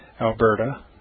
Alberta